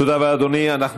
תודה רבה לאדוני.